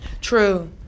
True